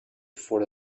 for